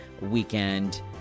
weekend